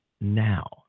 now